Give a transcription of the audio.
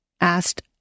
asked